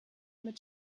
mit